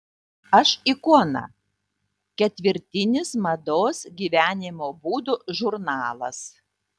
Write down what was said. aš ikona ketvirtinis mados gyvenimo būdo žurnalas